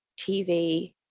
TV